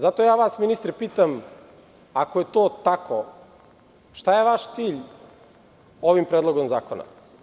Zato vas ministre pitam, ako je to tako, šta je vaš cilj ovim predlogom zakona?